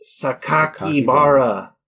Sakakibara